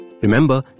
Remember